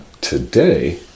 Today